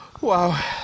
Wow